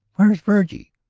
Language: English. where's virgie?